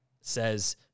says